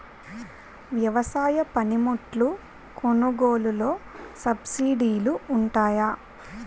వ్యవసాయ పనిముట్లు కొనుగోలు లొ సబ్సిడీ లు వుంటాయా?